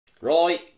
right